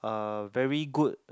uh very good